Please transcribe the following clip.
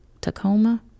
Tacoma